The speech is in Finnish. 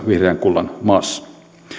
vihreän kullan maassa